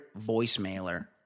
voicemailer